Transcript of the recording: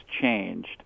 changed